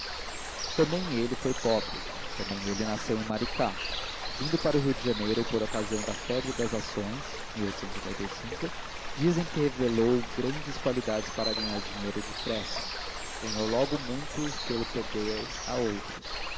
também ele foi pobre também ele nasceu em maricá vindo para o rio de janeiro por ocasião da febre das ações dizem que revelou grandes qualidades para ganhar dinheiro depressa ganhou logo muito e fê-lo perder a outros